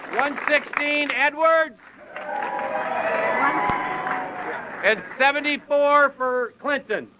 one-sixteen, edwards and seventy four for clinton